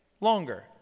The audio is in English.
longer